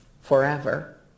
forever